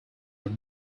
have